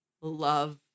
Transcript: love